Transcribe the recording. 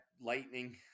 lightning